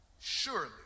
Surely